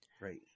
Right